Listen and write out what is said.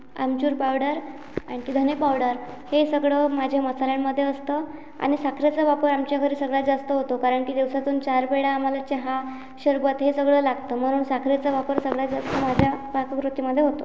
आमचूर पावडर आणखी धने पावडर हे सगळं माझ्या मसाल्यांमध्ये असतं आणि साखरेचा वापर आमच्या घरी सगळ्यात जास्त होतो कारण की दिवसातून चार वेळा आम्हाला चहा सरबत हे सगळं लागतं म्हणून साखरेचा वापर सगळ्यात जास्त माझ्या पाककृतीमध्ये होतो